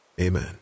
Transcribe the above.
Amen